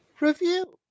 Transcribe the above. review